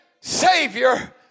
Savior